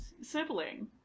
sibling